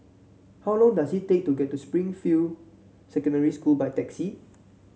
how long does it take to get to Springfield Secondary School by taxi